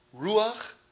ruach